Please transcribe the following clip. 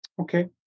Okay